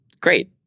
great